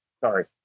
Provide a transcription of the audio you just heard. sorry